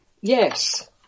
Yes